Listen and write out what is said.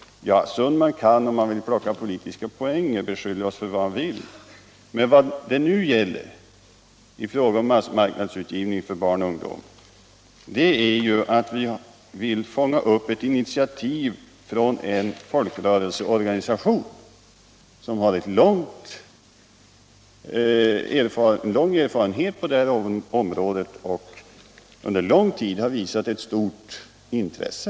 Herr Sundman kan — om han vill plocka politiska poänger — beskylla oss för vad han vill, men vad det nu gäller i fråga om mass I marknadsutgivning för barn och ungdom är att vi vill fånga upp ett initiativ från en folkrörelseorganisation, som har lång erfarenhet på det 61 här området och under lång tid har visat ett stort intresse.